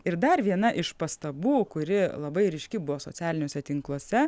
ir dar viena iš pastabų kuri labai ryški buvo socialiniuose tinkluose